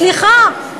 סליחה.